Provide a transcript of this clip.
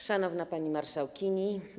Szanowna Pani Marszałkini!